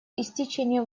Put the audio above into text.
истечения